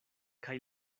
kaj